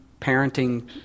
parenting